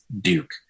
Duke